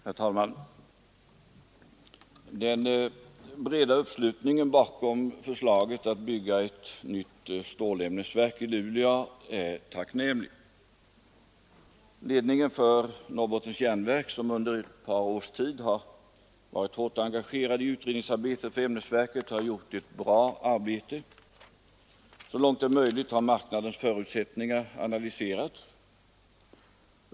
Herr talman! Den breda uppslutningen bakom förslaget att bygga ett nytt stålämnesverk i Luleå är tacknämlig. Ledningen för Norrbottens järnverk, som under ett par års tid varit hårt engagerad i utredningsarbe tet för ämnesverket, har gjort ett bra arbete. Så långt det är möjligt har marknadens förutsättningar analyserats.